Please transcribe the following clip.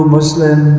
Muslim